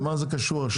מה זה קשור עכשיו?